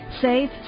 Safe